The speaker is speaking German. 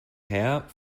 herr